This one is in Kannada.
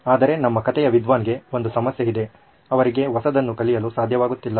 ಆದರೆ ನಮ್ಮ ಕಥೆಯ ವಿದ್ವಾನ್ ಗೆ ಒಂದು ಸಮಸ್ಯೆ ಇದೆ ಅವರಿಗೆ ಹೊಸದನ್ನು ಕಲಿಯಲು ಸಾಧ್ಯವಾಗುತ್ತಿಲ್ಲ